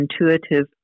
Intuitive